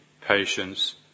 patience